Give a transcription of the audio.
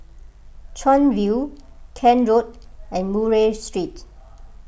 Chuan View Kent Road and Murray Street